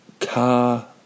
car